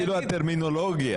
אפילו הטרמינולוגיה.